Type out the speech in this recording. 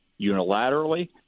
unilaterally